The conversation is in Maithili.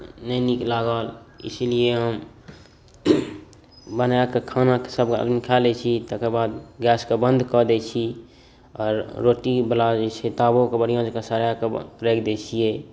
नहि नीक लागल इसीलिए हम बना कए खाना सबके हम खाय लै छी तकर बाद गैसके बन्द कए दै छी आ रोटीबला जे छै ताबो के बढ़िऑं जकाँ सरियाकऽ राखि दै छियै